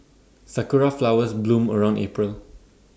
Sakura Flowers bloom around April